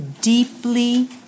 deeply